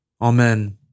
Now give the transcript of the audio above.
Amen